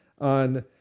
on